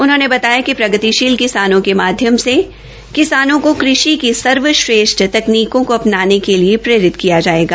उन्होंने बताया कि प्रगतिशील किसानों के माध्यम से किसानों को कृषि की सर्वश्रेष्ठ तकनीकों को अपनाने के लिए प्रेरित किया जाएगा